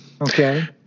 Okay